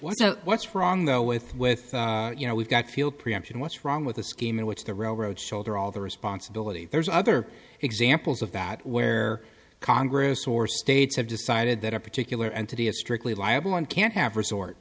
so what's wrong though with with you know we've got feel preemption what's wrong with a scheme in which the railroad shoulder all the responsibility there's other examples of that where congress or states have decided that a particular entity is strictly liable and can't ever sort